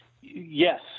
yes